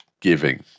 giving